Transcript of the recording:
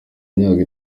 imyaka